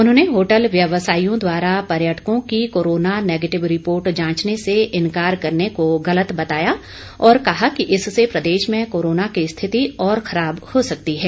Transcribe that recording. उन्होंने होटल व्यवसायियों द्वारा पर्यटकों की कोरोना नेगेटिव रिपोर्ट जांचने से इनकार करने को गलत बताया और कहा कि इससे प्रदेश में कोरोना की स्थिति और खराब हो सकती है